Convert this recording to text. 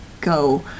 go